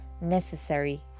necessary